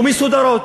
ומסודרות.